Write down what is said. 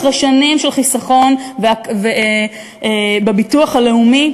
אחרי שנים של חיסכון בביטוח הלאומי,